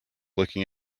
looking